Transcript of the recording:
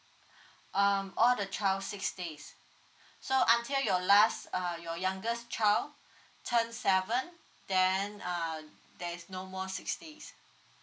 um all the child six days so until your last uh your youngest child turn seven then uh there is no more six days